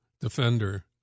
defender